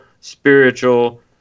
spiritual